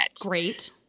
Great